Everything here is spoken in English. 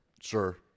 Sure